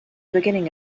beginning